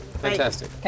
Fantastic